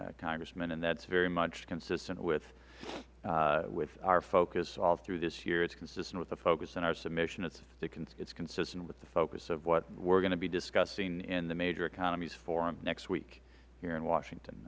agree congressman and that is very much consistent with with our focus all through this year it is consistent with the focus in our submission it is consistent with the focus of what we are going to be discussing in the major economies forum next week here in washington